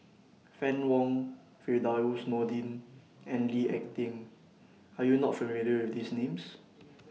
Fann Wong Firdaus Nordin and Lee Ek Tieng Are YOU not familiar with These Names